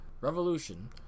Revolution